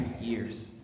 years